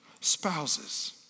Spouses